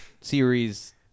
series